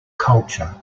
culture